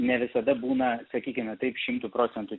ne visada būna sakykime taip šimtu procentų